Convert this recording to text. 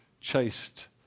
chased